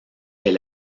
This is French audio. est